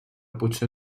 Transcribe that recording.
potser